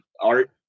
art